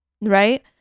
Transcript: right